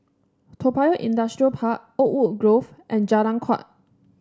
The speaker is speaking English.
Toa Payoh Industrial Park Oakwood Grove and Jalan Kuak